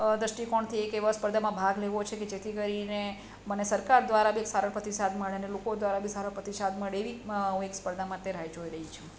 દૃષ્ટિકોણથી એક એવા સ્પર્ધામાં ભાગ લેવો છે કે જે જેથી કરીને મને સરકાર દ્વારા બી એક સારો પ્રતિસાદ મળે ને લોકો દ્વારા બી સારો પ્રતિસાદ મળે એવી હું એક સ્પર્ધા માટે રાહ જોઈ રહી છું